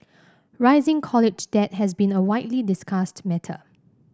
rising college debt has been a widely discussed matter